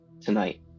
tonight